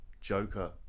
Joker